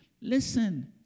listen